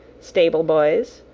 stable-boys,